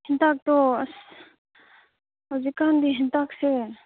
ꯍꯦꯟꯇꯥꯛꯇꯣ ꯑꯁ ꯍꯧꯖꯤꯛꯀꯥꯟꯗꯤ ꯍꯦꯟꯇꯥꯛꯁꯦ